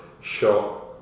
shot